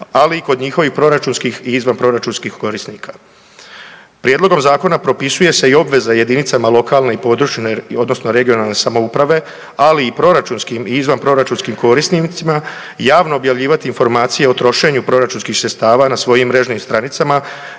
ali i kod njihovih proračunskih i izvanproračunskih korisnika. Prijedlogom Zakona propisuje se i obveza jedinicama lokalne i područne (regionalne) samouprave, ali i proračunskim i izvanproračunskim korisnicima javno objavljivati informacije o trošenju proračunskih sredstava na svojim mrežnim stranicama